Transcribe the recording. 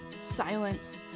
silence